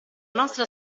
nostra